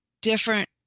different